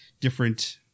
different